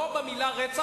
לא במלה "רצח",